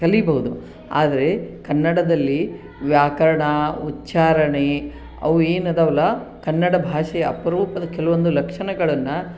ಕಲಿಬೋದು ಆದರೆ ಕನ್ನಡದಲ್ಲಿ ವ್ಯಾಕರಣ ಉಚ್ಛಾರಣೆ ಅವು ಏನು ಇದವಲ್ಲ ಕನ್ನಡ ಭಾಷೆ ಅಪರೂಪದ ಕೆಲವೊಂದು ಲಕ್ಷಣಗಳನ್ನು